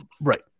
Right